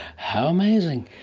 how amazing.